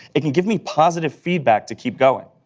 it can give me positive feedback to keep going.